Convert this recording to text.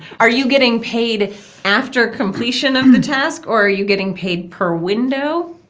are you getting paid after completion of the task? or are you getting paid per window?